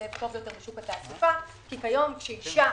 ולהשתלב טוב יותר בשוק התעסוקה, כי כיום כשאשה